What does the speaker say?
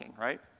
right